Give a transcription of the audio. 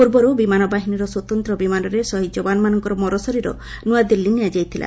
ପୂର୍ବରୁ ବିମାନ ବାହିନୀର ସ୍ୱତନ୍ତ୍ର ବିମାନରେ ଶହୀଦ୍ ଯବାନମାନଙ୍କ ମରଶରୀର ନୂଆଦିଲ୍ଲୀ ନିଆଯାଇଥିଲା